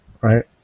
Right